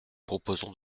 proposons